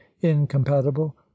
incompatible